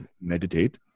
meditate